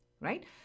right